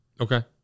Okay